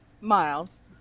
Miles